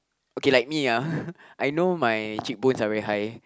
okay like me ah I know my cheekbones are very high